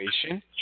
situation